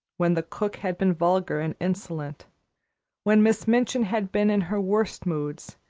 when the cook had been vulgar and insolent when miss minchin had been in her worst moods,